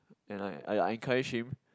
and I I encourage him